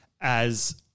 as-